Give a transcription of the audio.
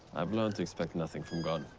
i've learned to expect nothing from god.